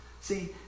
See